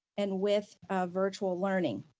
and with virtual learning.